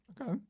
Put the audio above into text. okay